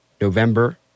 November